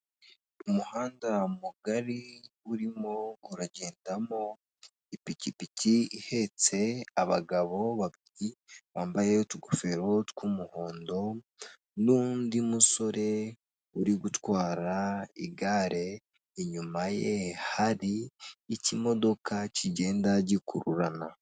Umuhanda mugari urimo uragendamo ipikipiki ihetse abagabo babiri, bambaye utugofero tw'umuhondo, n'undi musore uri gutwara igare, inyuma ye hari ikimodoka kigenda gikururana.